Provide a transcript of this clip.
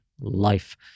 life